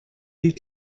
die